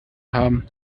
haben